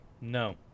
No